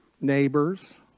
neighbors